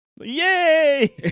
Yay